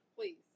Please